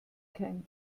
kein